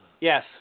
Yes